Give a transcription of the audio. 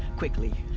quickly.